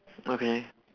okay